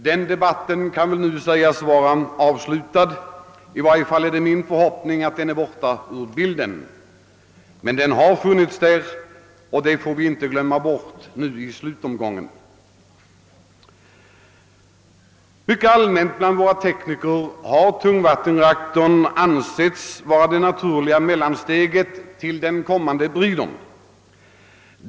Den debatten kan väl nu sägas vara avslutad, i varje fall är det min förhoppning att den är borta ur bilden. Men den har funnits där; det får vi inte glömma bort i slutomgången. Mycket allmänt bland våra tekniker har tungvattenreaktorn ansetts vara det naturliga mellansteget till den kommande breedern.